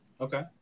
Okay